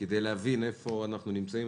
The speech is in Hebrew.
כדי להבין איפה אנחנו נמצאים,